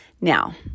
Now